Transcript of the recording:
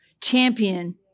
champion